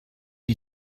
die